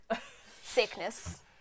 sickness